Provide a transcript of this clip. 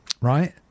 right